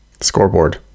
scoreboard